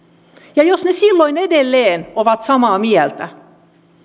ja jos he silloin edelleen ovat samaa mieltä